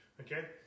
Okay